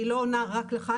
אני לא עונה רק לך,